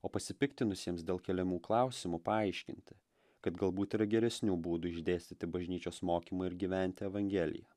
o pasipiktinusiems dėl keliamų klausimų paaiškinti kad galbūt yra geresnių būdų išdėstyti bažnyčios mokymą ir gyventi evangelija